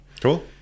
Cool